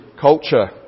culture